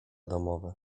domowe